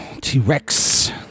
T-Rex